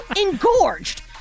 engorged